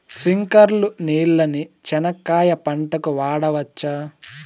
స్ప్రింక్లర్లు నీళ్ళని చెనక్కాయ పంట కు వాడవచ్చా?